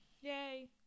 Yay